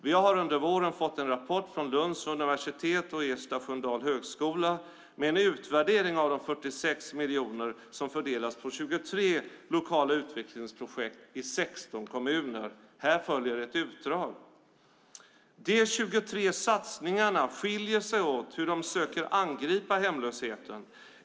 Vi har under våren fått en rapport från Lunds universitet och Ersta Sköndal högskola med en utvärdering av de 46 miljoner som har fördelats på 23 lokala utvecklingsprojekt i 16 kommuner. Här följer ett utdrag: De 23 satsningarna skiljer sig åt när det gäller hur de söker angripa hemlösheten.